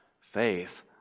faith